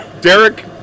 Derek